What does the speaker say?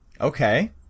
Okay